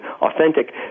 authentic